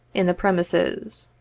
in the premises.